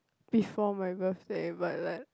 before my birthday but like